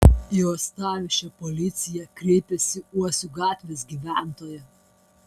į uostamiesčio policiją kreipėsi uosių gatvės gyventoja